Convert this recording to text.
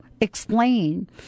explain